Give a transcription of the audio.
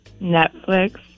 Netflix